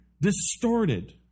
distorted